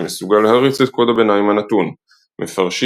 שמסוגל להריץ את קוד הביניים הנתון; מפרשים